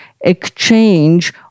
exchange